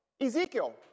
Ezekiel